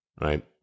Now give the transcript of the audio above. right